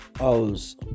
owls